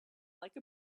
like